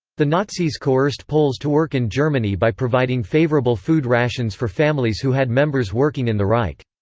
the nazis coerced poles to work in germany by providing favorable food rations for families who had members working in the reich.